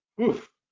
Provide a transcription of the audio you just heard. oof